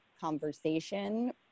conversation